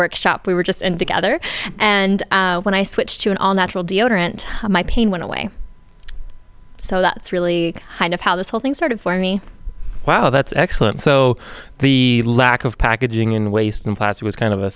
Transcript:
workshop we were just and together and when i switched to an all natural deodorant my pain went away so that's really kind of how this whole thing started for me wow that's excellent so the lack of packaging in waste and class was kind of a